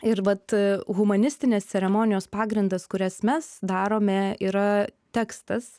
ir vat humanistinės ceremonijos pagrindas kurias mes darome yra tekstas